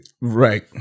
right